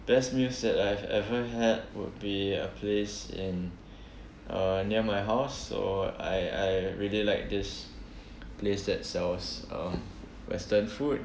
best meals that I've ever had would be a place in uh near my house so I I really like this place that sells um western food